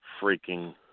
freaking